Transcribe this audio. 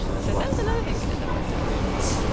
so that's another thing we did that worked out really well.